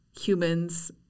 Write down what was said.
humans